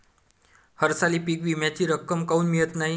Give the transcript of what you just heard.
हरसाली पीक विम्याची रक्कम काऊन मियत नाई?